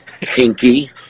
kinky